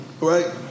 right